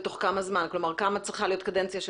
בתחום הניסויים בבעלי חיים, לצערנו, זאת המציאות.